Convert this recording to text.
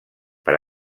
per